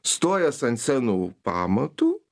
stojęs ant senų pamatų